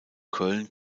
köln